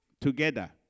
together